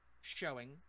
showing